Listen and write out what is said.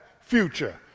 future